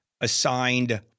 assigned